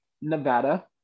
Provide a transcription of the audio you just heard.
Nevada